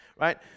right